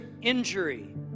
injury